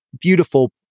beautiful